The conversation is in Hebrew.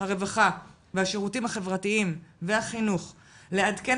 הרווחה והשירותים החברתיים והחינוך לעדכן